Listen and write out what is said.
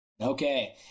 Okay